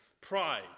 pride